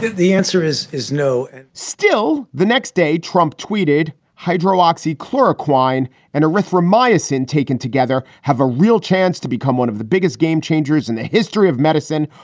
the the answer is, is no and still, the next day, trump tweeted hydro, oxy, chloroquine and a rothera myosin, taken together, have a real chance to become one of the biggest game changers in the history of medicine.